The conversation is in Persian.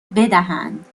بدهند